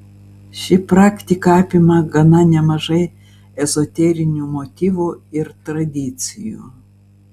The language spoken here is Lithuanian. ši praktika apima gana nemažai ezoterinių motyvų ir tradicijų